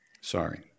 Sorry